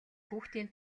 хүүхдийн